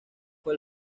fue